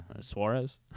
Suarez